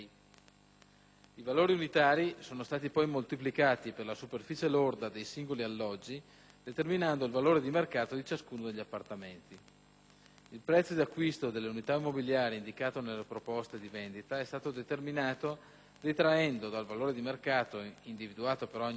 I valori unitari sono stati poi moltiplicati per la superficie lorda dei singoli alloggi, determinando il valore di mercato di ciascuno degli appartamenti. II prezzo di acquisto delle unità immobiliari indicato nelle proposte di vendita è stato determinato detraendo dal valore di mercato, individuato per ogni unità,